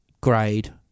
grade